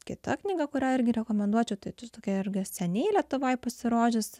kita knyga kurią irgi rekomenduočiau tai tokia irgi seniai lietuvoj pasirodžiusi